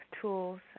tools